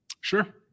Sure